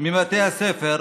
מבתי הספר,